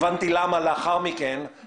לאחר מכן הבנתי למה עשיתי זאת,